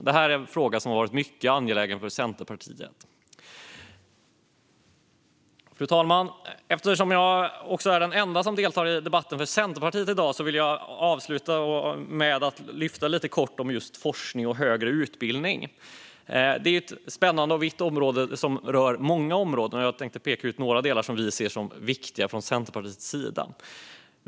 Det här är en fråga som har varit mycket angelägen för Centerpartiet. Fru talman! Eftersom jag är den enda från Centerpartiet som deltar i debatten i dag vill jag avsluta med att även tala lite kort om forskning och högre utbildning. Det är ett spännande och vitt område som berör många områden, och jag tänkte peka ut några delar som vi ser som viktiga från Centerpartiets sida.